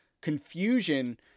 confusion